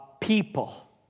people